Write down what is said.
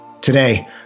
Today